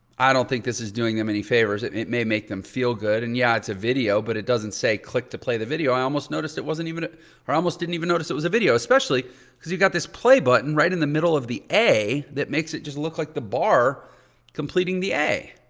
i don't think this is doing them any favors. it it may make them feel good. and yeah, it's a video but it doesn't say click to play the video. i almost noticed it wasn't even or i almost didn't even notice it was a video especially because you've got this play button right in the middle of the a that makes it just look like the bar completing the a.